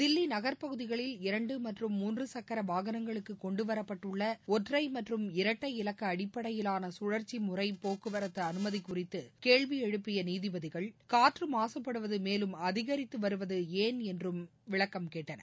தில்லி நகர் பகுதிகளில் இரண்டு மற்றும் மூன்று சக்கர வாகனங்களுக்கு கொண்டு வரப்பட்டுள்ள ஒற்றை மற்றும் இரட்டை இலக்க அடிப்படையிலாள சுழற்சி முறை போக்குவரத்து அனுமதி குறித்து கேள்வி எழுப்பிய நீதிபதிகள் காற்று மாசுப்படுவது மேலும் அதிகரித்து வருவது ஏன் என்றும் கேள்வி விளக்கம் கேட்டனர்